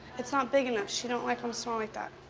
it's not big enough. she don't like them small like that.